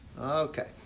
Okay